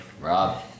Rob